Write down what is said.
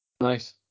nice